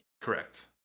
correct